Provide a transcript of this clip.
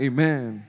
Amen